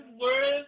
Words